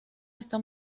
esta